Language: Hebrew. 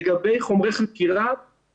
לגבי חומרי חקירה,